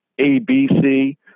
ABC